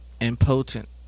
impotent